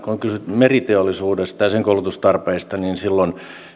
meriteollisuudesta ja sen koulutustarpeista niin silloin